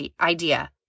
idea